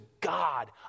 God